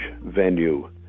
venue